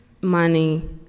money